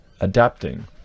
adapting